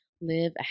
live